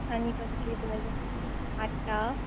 आनी कसली बाज हाडटा